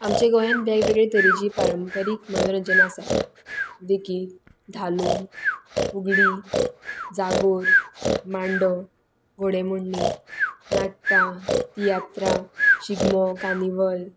आमच्या गोंयान वेगवेगळे तरेची पारंपारीक मनोरंजनां आसात देखीक धालो फुगडी जागोर मांडो घोडेमोडणी नाटकां तियात्रां शिगमो कार्निवल